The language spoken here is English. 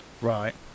right